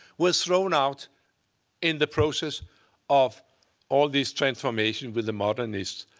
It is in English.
was thrown out in the process of all this transformation with the modernists.